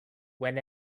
when